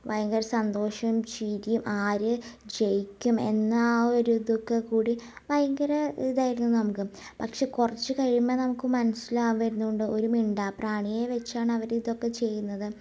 ഭയങ്കര സന്തോഷവും ചിരിയും ആര് ജയിക്കും എന്ന ആ ഒരു ഇതൊക്കെക്കൂടി ഭയങ്കര ഇതായിരുന്നു നമുക്ക് പക്ഷെ കുറച്ച് കഴിയുമ്പം നമുക്ക് മനസ്സിലാകവായിരുന്നുണ്ട് ഒരു മിണ്ടാപ്രാണിയെ വെച്ചാണ് അവര് ഇതൊക്കെ ചെയ്യുന്നത്